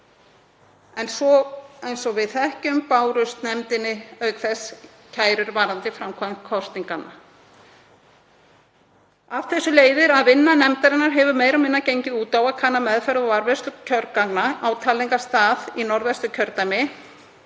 eins og við þekkjum, bárust nefndinni auk þess kærur varðandi framkvæmd kosninganna. Af þessu leiðir að vinna nefndarinnar hefur meira og minna gengið út á að kanna meðferð og varðveislu kjörgagna á talningarstað í Norðvesturkjördæmi